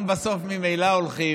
אם בסוף ממילא הולכים,